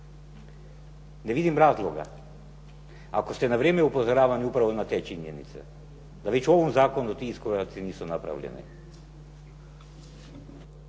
Ne vidim razloga, ako ste na vrijeme upozoravani upravo na te činjenice da već u ovom zakonu ti iskoraci nisu napravili ...